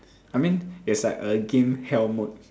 I mean is like a game hell mode